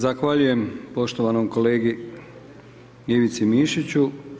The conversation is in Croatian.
Zahvaljujem poštovanom kolegi Ivici Mišiću.